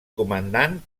comandant